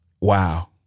wow